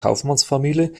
kaufmannsfamilie